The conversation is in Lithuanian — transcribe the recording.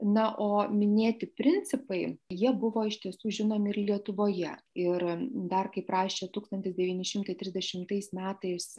na o minėti principai jie buvo iš tiesų žinomi ir lietuvoje ir dar kaip rašė tūkstantis devyni šimtai trisdešimtais metais